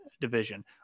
division